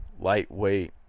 lightweight